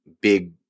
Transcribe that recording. big